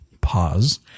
pause